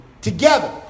together